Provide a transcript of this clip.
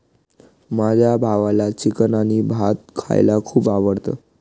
माझ्या भावाला चिकन आणि भात खायला खूप आवडतं